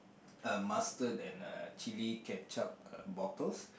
uh mustard and uh chilli ketchup uh bottles